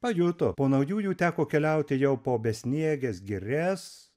pajuto po naujųjų teko keliauti jau po besnieges girias